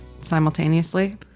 Simultaneously